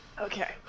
Okay